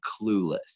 clueless